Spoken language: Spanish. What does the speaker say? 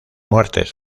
muertes